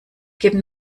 geben